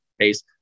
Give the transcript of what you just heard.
case